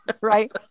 Right